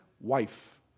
wife